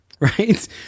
Right